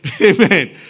Amen